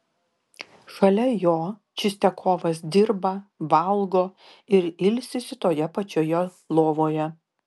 šalia jo čistiakovas dirba valgo ir ilsisi toje pačioje lovoje